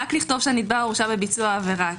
רק לכתוב שהנתבע הורשע בביצוע עבירה.